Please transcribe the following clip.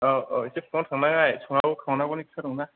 औ औ एसे फुङावनो थांनाय संनांगौ खावनांगौनि खोथा दं ना